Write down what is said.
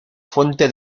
fuente